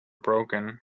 broken